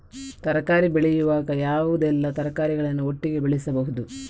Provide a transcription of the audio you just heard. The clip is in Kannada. ತರಕಾರಿ ಬೆಳೆಯುವಾಗ ಯಾವುದೆಲ್ಲ ತರಕಾರಿಗಳನ್ನು ಒಟ್ಟಿಗೆ ಬೆಳೆಸಬಹುದು?